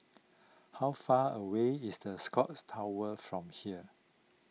how far away is the Scotts Tower from here